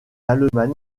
allemagne